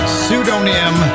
pseudonym